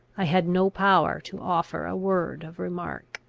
i had no power to offer a word of remark.